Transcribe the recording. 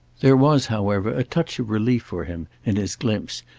there was however a touch of relief for him in his glimpse,